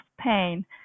pain